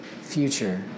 future